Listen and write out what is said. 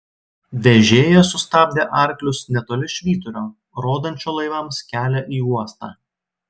vežėjas sustabdė arklius netoli švyturio rodančio laivams kelią į uostą